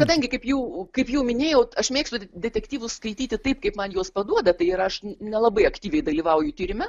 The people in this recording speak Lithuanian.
kadangi kaip jau kaip jau minėjau aš mėgstu detektyvus skaityti taip kaip man juos paduoda ir aš nelabai aktyviai dalyvauju tyrime